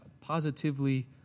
positively